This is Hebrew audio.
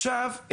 עכשיו,